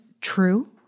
true